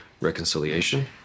reconciliation